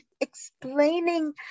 explaining